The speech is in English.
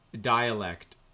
dialect